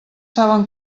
saben